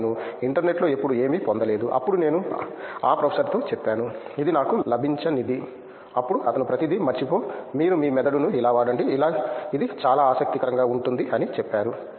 కానీ నేను ఇంటర్నెట్లో ఎప్పుడూ ఏమీ పొందలేను అప్పుడు నేను ఆ ప్రొఫెసర్తో చెప్పాను ఇది నాకు లభించనిది అప్పుడు అతను ప్రతిదీ మర్చిపో మీరు మీ మెదడును అలా వాడండి ఇది చాలా ఆసక్తికరంగా ఉంటుంది అని చెప్పారు